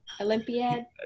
Olympiad